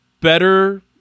better